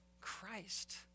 Christ